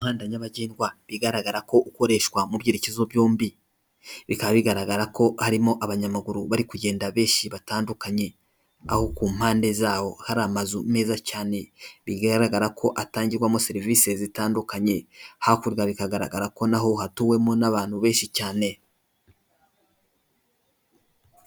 Umuhanda nyabagendwa bigaragara ko ukoreshwa mu byerekezo byombi. Harimo abanyamaguru batandukanye bagenda ari benshi. Ku mpande zawo, hari amazu meza cyane, agaragara ko atangirwamo serivisi zitandukanye, kandi naho hatuwemo n’abantu benshi cyane.